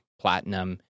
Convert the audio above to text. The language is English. platinum